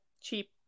cheap